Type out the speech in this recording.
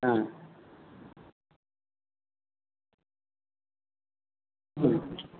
হ্যাঁ হুম